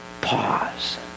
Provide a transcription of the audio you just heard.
pause